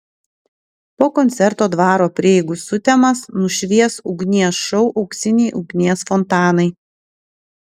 po koncerto dvaro prieigų sutemas nušvies ugnies šou auksiniai ugnies fontanai